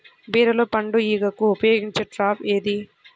బీరలో పండు ఈగకు ఉపయోగించే ట్రాప్ ఏది?